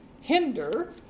hinder